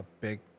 Big